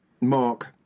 Mark